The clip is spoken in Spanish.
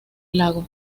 lago